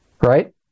Right